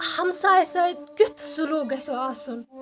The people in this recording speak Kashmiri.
ہمسایَس سۭتۍ کیُتھ سلوٗک گژھیو آسُن